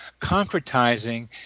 concretizing